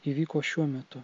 įvyko šiuo metu